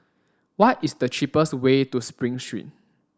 what is the cheapest way to Spring Street